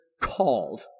called